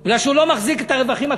כי הוא לא מחזיק את הרווחים הכלואים?